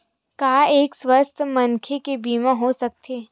का एक अस्वस्थ मनखे के बीमा हो सकथे?